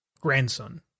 grandson